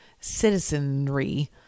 citizenry